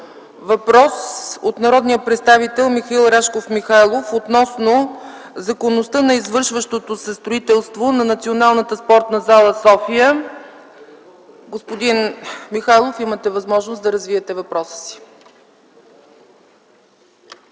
въпрос от народния представител Михаил Рашков Михайлов относно законността на извършващото се строителство на Националната спортна зала „София”. Господин Михайлов, заповядайте да развиете въпроса си.